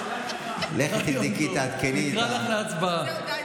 לכי תבדקי, תעדכני את, נקרא לך להצבעה.